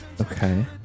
Okay